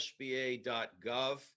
sba.gov